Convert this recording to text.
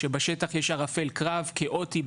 כשבשטח יש ערפל קרב כאוטי,